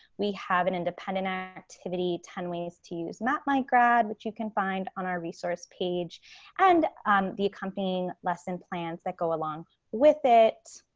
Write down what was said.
we have an independent activity, ten ways to use map my grad, which you can find on our resource page and um the accompanying lesson plans that go along with it.